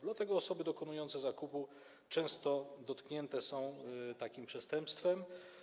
Dlatego osoby dokonujące zakupu często dotknięte są takim przestępstwem.